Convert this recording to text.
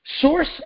source